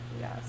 Yes